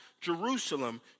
Jerusalem